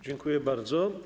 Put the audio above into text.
Dziękuję bardzo.